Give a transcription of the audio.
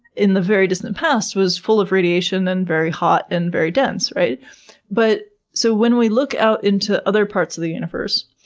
in the very distant past was full of radiation and very hot and very dense. but so when we look out into other parts of the universe,